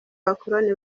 abakoloni